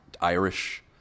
Irish